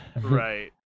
right